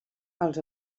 els